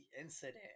incident